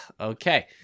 okay